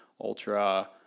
Ultra